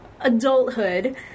adulthood